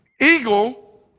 eagle